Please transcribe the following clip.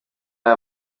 aya